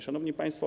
Szanowni Państwo!